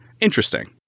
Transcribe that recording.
Interesting